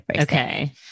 Okay